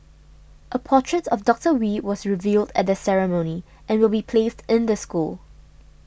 a portrait of Doctor Wee was revealed at the ceremony and will be placed in the school